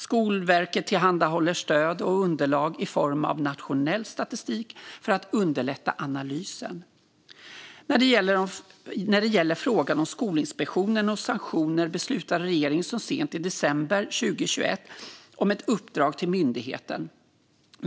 Skolverket tillhandahåller stöd och underlag i form av nationell statistik för att underlätta analysen. När det gäller frågan om Skolinspektionen och sanktioner beslutade regeringen så sent som i december 2021 om ett uppdrag till myndigheten.